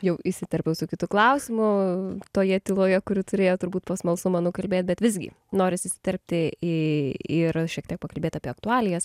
jau įsiterpiau su kitu klausimu toje tyloje kuri turėjo turbūt to smalsumą nukalbėt bet visgi norisi įsiterpti į ir šiek tiek pakalbėt apie aktualijas